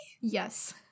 Yes